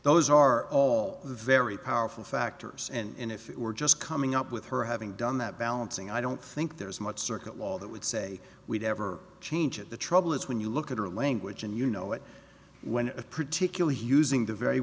those are all very powerful factors and if you were just coming up with her having done that balancing i don't think there's much circuit law that would say we'd ever change it the trouble is when you look at her language and you know it when a particularly using the very